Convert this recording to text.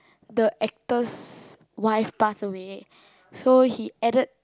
the actor's wife pass away so he added